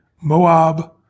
Moab